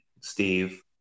Steve